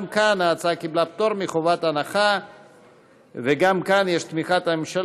הצעת החוק התקבלה בקריאה טרומית ותועבר לוועדת העבודה,